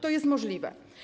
To jest możliwe.